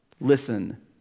listen